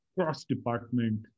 cross-department